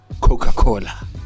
coca-cola